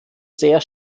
sehr